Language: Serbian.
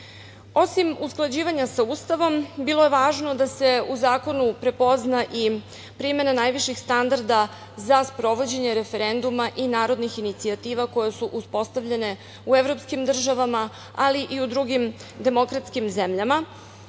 usklađivanja sa Ustavom, bilo je važno da se u zakonu prepozna i primena najviših standarda za sprovođenje referenduma i narodnih inicijativa koje su uspostavljene u evropskim državama, ali i u drugim demokratskim zemljama